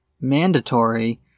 mandatory